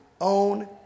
own